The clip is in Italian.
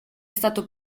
stato